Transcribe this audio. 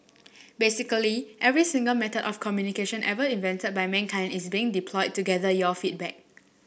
basically every single method of communication ever invented by mankind is being deployed to gather your feedback